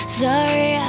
sorry